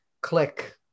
click